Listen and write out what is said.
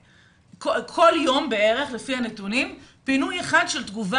כל יום בערך לפי הנתונים יש פינוי אחד של תגובה